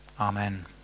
Amen